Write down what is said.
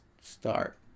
start